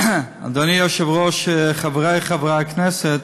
אדוני היושב-ראש, חברי חברי הכנסת,